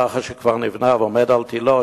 לאחר שהוא נבנה ועומד על תלו,